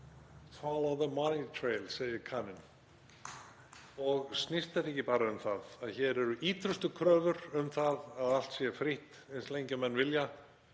„Follow the money trail“, segir kaninn. Snýst þetta ekki bara um það að hér eru ýtrustu kröfur um það að allt sé frítt eins lengi og menn vilja?